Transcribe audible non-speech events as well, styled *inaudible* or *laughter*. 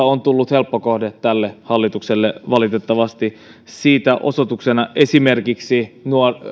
*unintelligible* on tullut helppo kohde tälle hallitukselle valitettavasti siitä osoituksena on esimerkiksi